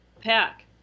pack